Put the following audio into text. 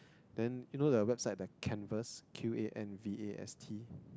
then you know the website the Qanvast Q A N V A S T